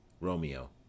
Romeo